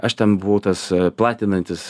aš ten buvau tas platinantis